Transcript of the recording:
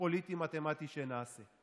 פוליטי מתמטי שנעשה.